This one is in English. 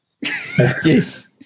Yes